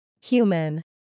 Human